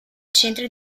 centri